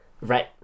Right